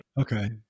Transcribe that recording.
Okay